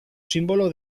símbolo